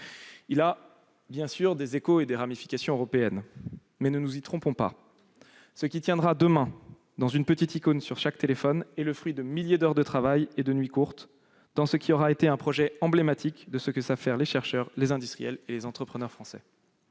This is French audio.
sûr, il a des échos et des ramifications européennes, mais ne nous y trompons pas : ce qui tiendra, demain, derrière une petite icône sur chaque téléphone est le fruit de milliers d'heures de travail et de nuits courtes, en faveur d'un projet emblématique du savoir-faire des chercheurs, des industriels et des entrepreneurs français.